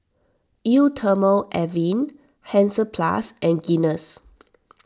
Eau thermale Avene Hansaplast and Guinness